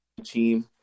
team